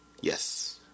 Yes